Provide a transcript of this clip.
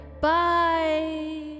bye